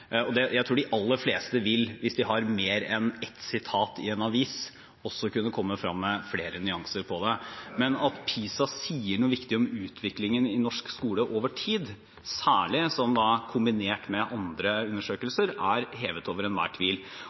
Jeg tror de aller fleste vil, hvis de har mer enn ett sitat i en avis, også kunne komme frem med flere nyanser på det. Men det at PISA sier noe viktig om utviklingen i norsk skole over tid, særlig kombinert med andre undersøkelser, er hevet over enhver tvil.